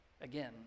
again